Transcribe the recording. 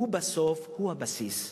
הוא הבסיס.